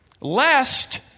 Lest